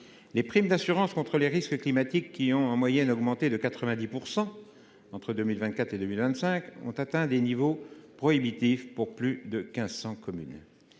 les primes d’assurance contre les risques climatiques, qui ont en moyenne augmenté de 90 % entre 2024 et 2025, ont atteint des niveaux prohibitifs pour plus de 1 500 communes.